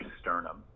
sternum